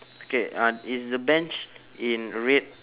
K uh is the bench in red